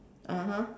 (uh huh)